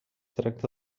tracta